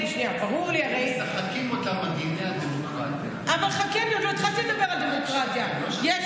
אתם משחקים אותה מגיני הדמוקרטיה בשביל הבוחרים שלכם,